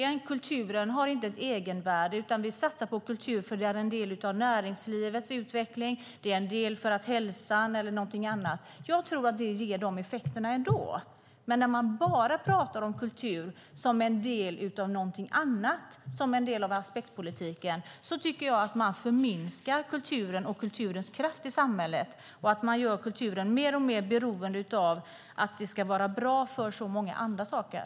Man ser inte att kultur har ett egenvärde, utan man satsar på kultur för att det är en del av näringslivets utveckling eller för att det är bra för hälsan eller något annat. Jag tror att kulturen ger sådana effekter ändå, men när man bara pratar om kultur som en del av något annat - alltså som en del av aspektpolitiken - tycker jag att man förminskar kulturen och kulturens kraft i samhället. Man gör kulturen mer och mer beroende av att vara bra för andra saker.